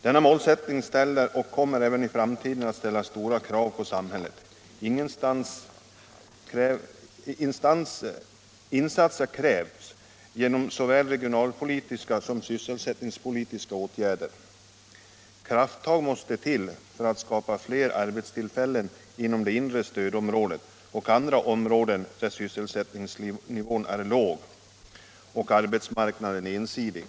Denna målsättning ställer och kommer även i framtiden att ställa stora krav på samhället. Insatser krävs i form av såväl regionalpolitiska som sysselsättningspolitiska åtgärder. Krafttag måste till för att skapa fler arbetstillfällen inom det inre stödområdet och andra områden där sysselsättningsnivån är låg och arbetsmarknaden ensidig.